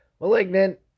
malignant